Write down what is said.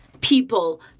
people